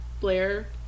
Blair